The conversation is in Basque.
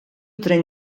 tren